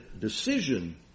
decision